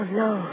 no